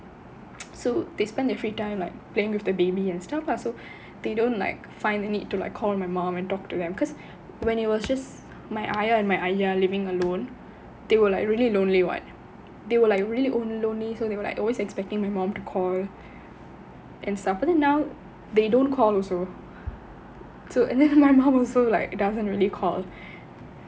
so they spend their free time like playing with the baby and stuff lah so they don't like find the need to like call my mom and talk to them because when it was just my ஆயா:iyya and ஐயா:iyya living alone they were like really lonely [what] they were like really own lonely so they were like always expecting my mom to call and stuff but then now they don't call also so and then my mum also like doesn't really calls